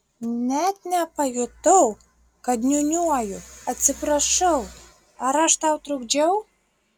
net nepajutau kad niūniuoju atsiprašau ar aš tau trukdžiau